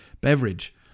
beverage